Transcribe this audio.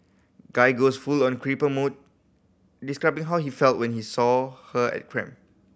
guy goes full on creeper mode describing how he felt when he saw her at